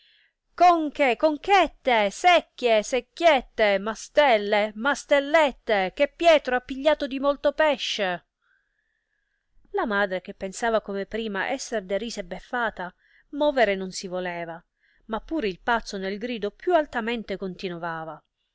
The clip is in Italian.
gridare conche conchette secchie secchiette mastelle mastellette che pietro ha pigliato di molto pesce la madre che pensava come prima esser derisa e beffata movere non si voleva ma pur il pazzo nel grido più altamente continovava